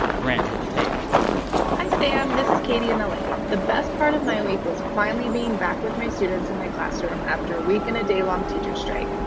brent, hit the tape hi, sam. this is katie in la. the best part of my week was finally being back with my students in my classroom after a week-and-a-day-long teachers strike.